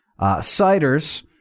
Ciders